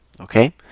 okay